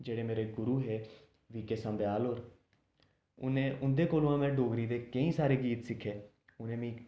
जेह्ड़े मेरे गुरू हे बी के सम्बयाल होर उ'नें उं'दे कोलुआं में डोगरी दे केईं सारे गीत सिक्खे उ'नें मिगी